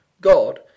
God